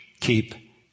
keep